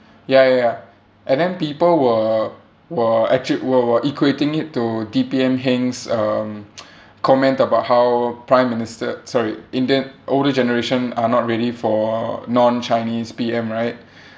ya ya ya and then people were were actua~ were were equating it to D_P_M heng's um comment about how prime minister sorry in the older generation are not ready for non chinese P_M right